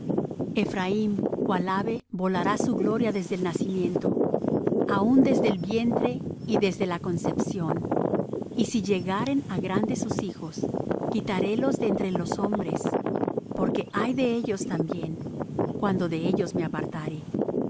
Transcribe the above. cual ave volará su gloria desde el nacimiento aun desde el vientre y desde la concepción y si llegaren á grandes sus hijos quitarélos de entre los hombre porque ay de ellos también cuando de ellos me apartare